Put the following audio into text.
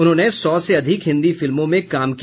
उन्होंने सौ से अधिक हिंदी फिल्मों में काम किया